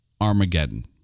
Armageddon